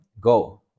Go